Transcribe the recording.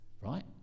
right